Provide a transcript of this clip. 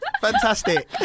fantastic